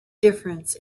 difference